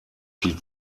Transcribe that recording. die